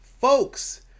Folks